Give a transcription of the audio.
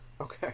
Okay